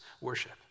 worship